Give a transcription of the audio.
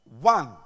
one